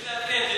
אבל תמשיך לעדכן,